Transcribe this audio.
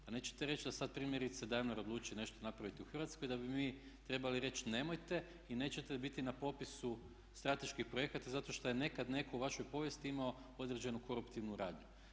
Pa nećete reći da sad primjerice Daimler odluči nešto napraviti u Hrvatskoj da bi mi trebali reći nemojte i nećete biti na popisu strateških projekata zato što je nekad netko u vašoj povijesti imao određenu koruptivnu radnju.